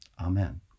Amen